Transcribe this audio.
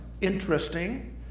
interesting